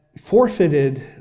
forfeited